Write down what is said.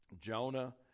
Jonah